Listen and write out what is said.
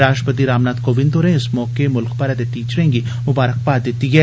राश्ट्रपति रामनाथ कोविंद होरें इस मौके मुल्ख भरै च टीचरें गी ममारकबाद दिती ऐ